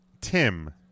Tim